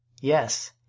Yes